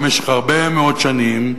במשך הרבה מאוד שנים,